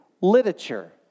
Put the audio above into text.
literature